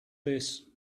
this